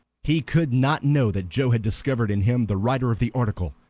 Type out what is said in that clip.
he could not know that joe had discovered in him the writer of the article,